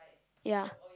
ya